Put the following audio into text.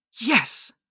Yes